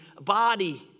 body